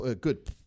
good